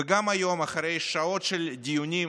וגם היום, אחרי שעות של דיונים,